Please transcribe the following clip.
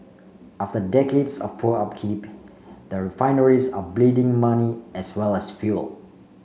after decades of poor upkeep the refineries are bleeding money as well as fuel